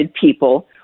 people